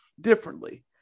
differently